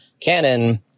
canon